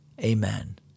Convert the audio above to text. Amen